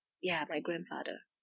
ya my grandfather